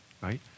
Right